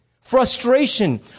frustration